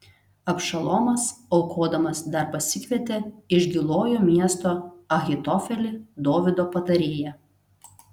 abšalomas aukodamas dar pasikvietė iš gilojo miesto ahitofelį dovydo patarėją